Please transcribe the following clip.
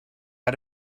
out